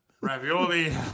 ravioli